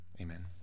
amen